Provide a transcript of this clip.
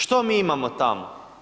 Što mi imamo tamo?